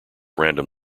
random